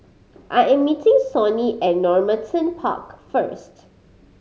I am meeting Sonny at Normanton Park first